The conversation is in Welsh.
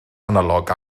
analog